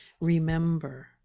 remember